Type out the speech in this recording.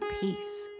peace